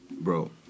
bro